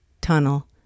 tunnel